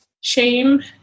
shame